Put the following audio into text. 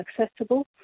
accessible